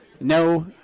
no